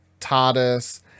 TARDIS